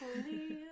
please